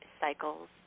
cycles